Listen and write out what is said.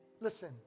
Listen